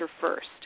first